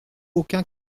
aucun